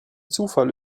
zufall